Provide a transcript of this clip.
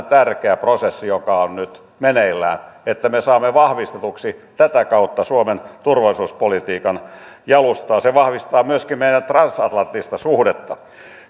tärkeä prosessi joka on nyt meneillään että me saamme vahvistetuksi tätä kautta suomen turvallisuuspolitiikan jalustaa se vahvistaa myöskin meidän transatlanttista suhdetta